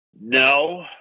No